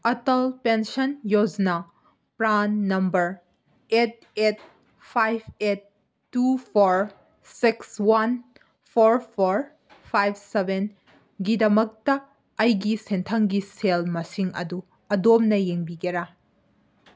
Atal pension Yojana PRAN number eight eight five eight two four six one four four five ꯁꯕꯦꯟꯒꯤꯗꯃꯛꯇ ꯑꯩꯒꯤ ꯁꯦꯟꯊꯪꯒꯤ ꯁꯦꯜ ꯃꯁꯤꯡ ꯑꯗꯨ ꯑꯗꯣꯝꯅ ꯌꯦꯡꯕꯤꯒꯦꯔꯥ